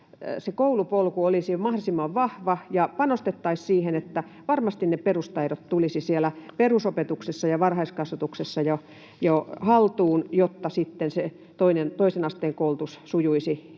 koulupolku olisi mahdollisimman vahva, ja panostettaisiin siihen, että varmasti ne perustaidot tulisivat siellä perusopetuksessa ja varhaiskasvatuksessa jo haltuun, jotta sitten se toisen asteen koulutus sujuisi